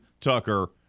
Tucker